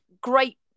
great